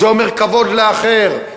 זה אומר כבוד לאחר,